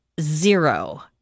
Zero